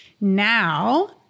now